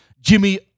Jimmy